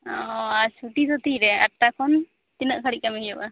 ᱚ ᱟᱪᱪᱷᱟ ᱪᱷᱩᱴᱤᱫᱚ ᱛᱤᱨᱮ ᱟᱴᱼᱴᱟ ᱠᱷᱚᱱ ᱛᱤᱱᱟ ᱜ ᱜᱷᱟ ᱲᱤᱠ ᱠᱟ ᱢᱤ ᱦᱩᱭᱩᱜ ᱼᱟ